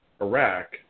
Iraq